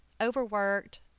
overworked